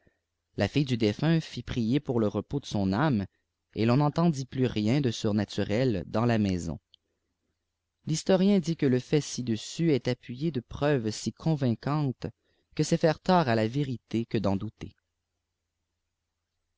la fille du défunt fit prir pour le repos ae son âme et ton n'eifctendit plus rien de surnaturel dans la maison thistorien dit que le fait ci-dessus t ajyé de spe h convaincantes que c'est faire tort à la vérité que d en douter